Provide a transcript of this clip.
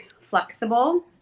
flexible